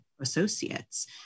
associates